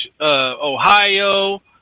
Ohio